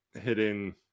hitting